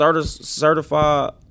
certified